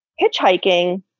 hitchhiking